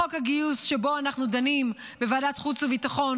חוק הגיוס שבו אנחנו דנים בוועדת החוץ והביטחון